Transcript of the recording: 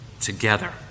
together